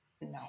no